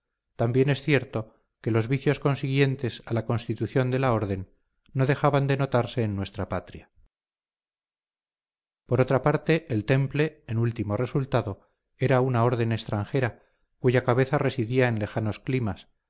también es cierto que los vicios consiguientes a la constitución de la orden no dejaban de notarse en nuestra patria por otra parte el temple en último resultado era una orden extranjera cuya cabeza residía en lejanos climas